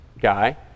guy